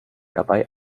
dabei